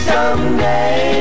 Someday